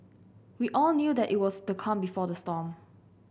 we all knew that it was the calm before the storm